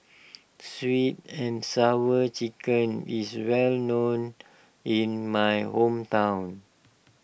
Sweet and Sour Chicken is well known in my hometown